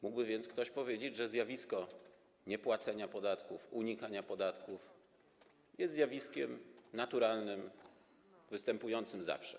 Mógłby więc ktoś powiedzieć, że zjawisko niepłacenia podatków, unikania podatków jest zjawiskiem naturalnym, występującym zawsze.